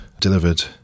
delivered